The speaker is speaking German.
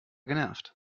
genervt